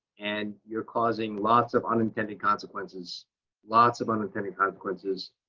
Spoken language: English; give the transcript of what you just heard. and you're causing lots of unintended consequences lots of unintended consequences.